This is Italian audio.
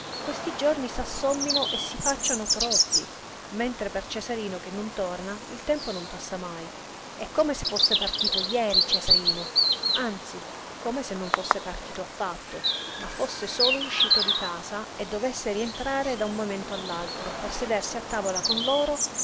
questi giorni s'assommino e si facciano troppi mentre per cesarino che non torna il tempo non passa mai è come se fosse partito jeri cesarino anzi come se non fosse partito affatto ma fosse solo uscito di casa e dovesse rientrare da un momento all'altro per sedersi a tavola con loro